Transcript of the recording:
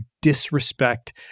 disrespect